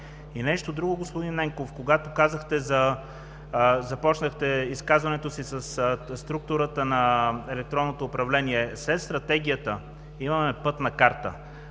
И нещо друго, господин Ненков, когато започнахте изказването си за структурата на електронното управление – след Стратегията имаме пътна карта,